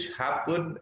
happen